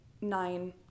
nine